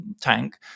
tank